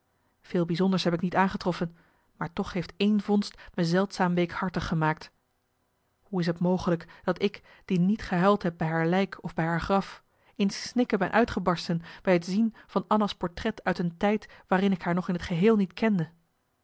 veel bijzonders heb ik niet aangetroffen maar toch heeft één vondst me zeldzaam weekhartig gemaakt hoe is t mogelijk dat ik die niet gehuild heb bij haar lijk of bij haar graf in snikken ben uitgebarsten bij het zien van anna's portret uit een tijd waarin ik haar nog in t geheel niet kende